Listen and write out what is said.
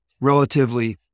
relatively